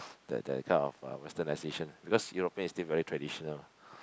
that that kind of westernization because European is still very traditional